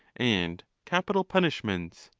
and capital punishments.